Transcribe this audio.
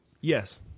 Yes